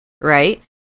right